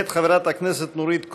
מאת חברת הכנסת נורית קורן.